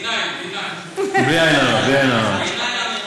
D-9, D-9. בלי עין הרע, בלי עין הרע.